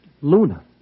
Luna